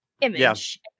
image